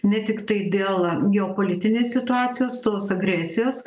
ne tiktai dėl geopolitinės situacijos tos agresijos